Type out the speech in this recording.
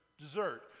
dessert